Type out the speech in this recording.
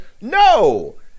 No